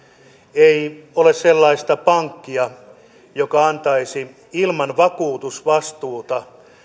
ei ole sellaista pankkia joka antaisi ilman vakuutusvastuuta